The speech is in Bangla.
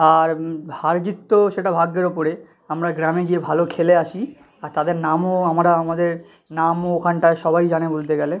আর হার জিত তো সেটা ভাগ্যের ওপরে আমরা গ্রামে গিয়ে ভালো খেলে আসি আর তাদের নামও আমরা আমাদের নামও ওখানটায় সবাই জানে বলতে গেলে